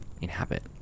inhabit